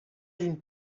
une